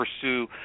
pursue